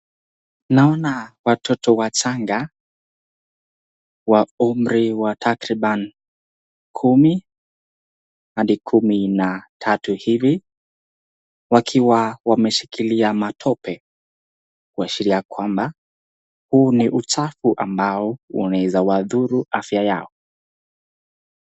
Naona watoto wachanga wa umri wa takriban kumi hadi kumi na tatu hivi, wakiwa wameshikilia matope, kuashiria kwamba huu ni uchafu ambao wanaweza adhuru afya yao.